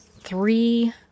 three